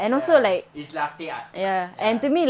ya it's latte art ya